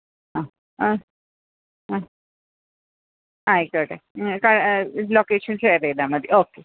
ആ ആ ആ ആയിക്കോട്ടെ ലൊക്കേഷന് ഷെയര് ചെയ്താല് മതി ഓക്കെ